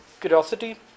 curiosity